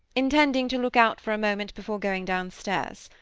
intending to look out for a moment before going downstairs.